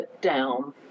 down